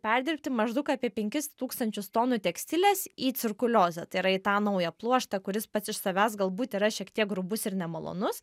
perdirbti maždaug apie penkis tūkstančius tonų tekstilės į cirkuliozę tai yra į tą naują pluoštą kuris pats iš savęs galbūt yra šiek tiek grubus ir nemalonus